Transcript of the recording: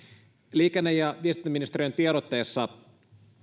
liikenne ja viestintäministeriön tiedotteessa